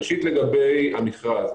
ראשית לגבי המכרז.